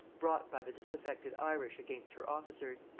brought by the disaffected irish against her officers.